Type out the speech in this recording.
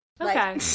Okay